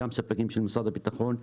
גם ספקים של משרד הבטחון,